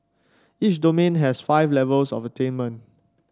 each domain has five levels of attainment